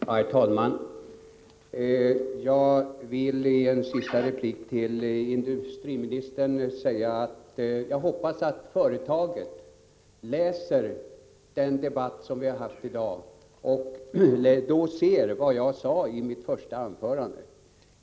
Herr talman! Jag vill i en sista replik till industriministern säga att jag hoppas att företaget läser den debatt som vi har haft i dag och då noterar vad jag sade i mitt första anförande.